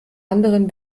anderen